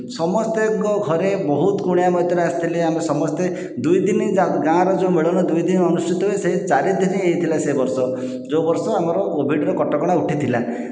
ସମସ୍ତଙ୍କ ଘରେ ବହୁତ କୁଣିଆ ମୈତ୍ର ଆସିଥିଲେ ଆମେ ସମସ୍ତେ ଦୁଇଦିନ ଗାଁର ଯେଉଁ ମେଳଣ ଦୁଇଦିନ ଅନୁଷ୍ଠିତ ହୁଏ ସେ ଚାରିଦିନ ହେଇଥିଲା ସେ ବର୍ଷ ଯେଉଁ ବର୍ଷ ଆମର କୋଭିଡ଼ର କଟକଣା ଉଠିଥିଲା